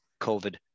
COVID